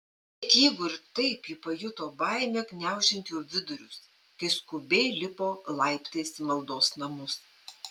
net jeigu ir taip ji pajuto baimę gniaužiant jo vidurius kai skubiai lipo laiptais į maldos namus